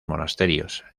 monasterios